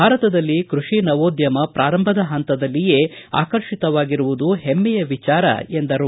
ಭಾರತದಲ್ಲಿ ಕೃಷಿ ನವೋದ್ಯಮ ಪ್ರಾರಂಭದ ಪಂತದಲ್ಲಿಯೇ ಆಕರ್ಷಿತವಾಗಿರುವುದು ಹೆಮ್ಮೆಯ ವಿಚಾರ ಎಂದರು